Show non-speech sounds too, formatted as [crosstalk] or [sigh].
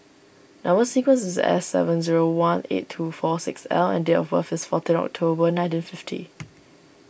Number Sequence is S seven zero one eight two four six L and date of birth is fourteen October nineteen fifty [noise]